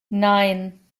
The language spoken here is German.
nein